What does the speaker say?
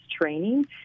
training